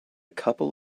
couple